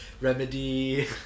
remedy